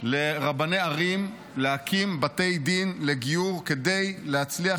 לרבני ערים להקים בתי דין לגיור כדי להצליח